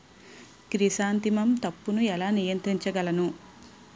Chrysanthemum తప్పును ఎలా నియంత్రించగలను?